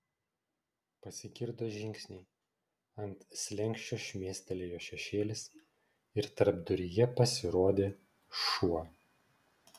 pasigirdo žingsniai ant slenksčio šmėstelėjo šešėlis ir tarpduryje pasirodė šuo